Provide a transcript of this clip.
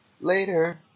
Later